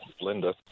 Linda